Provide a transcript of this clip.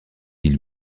qui